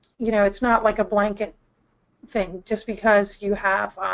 you know, it's not like a blanket thing. just because you have